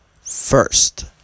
first